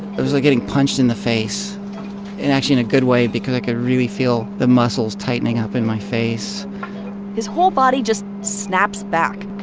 it was like getting punched in the face in actually, in a good way because i could really feel the muscles tightening up in my face his whole body just snaps back.